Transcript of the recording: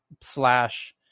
slash